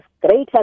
greater